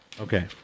Okay